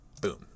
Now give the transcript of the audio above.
Boom